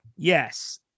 Yes